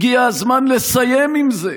הגיע הזמן לסיים עם זה.